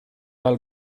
dal